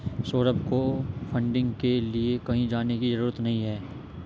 सौरभ को फंडिंग के लिए कहीं जाने की जरूरत नहीं है